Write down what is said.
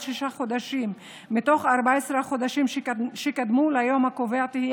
6 חודשים מתוך 14 החודשים שקדמו ליום הקובע תהיה